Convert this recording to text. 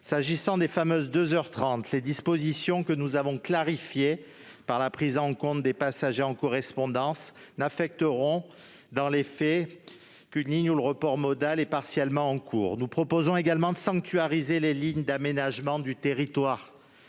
S'agissant des fameuses deux heures trente, les dispositions que nous avons clarifiées par la prise en compte des passagers en correspondance n'affecteront, dans les faits, qu'une ligne où le report modal est partiellement en cours. Nous proposons également de sanctuariser les lignes d'aménagement du territoire,